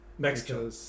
Mexico